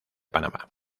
panamá